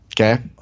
Okay